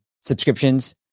subscriptions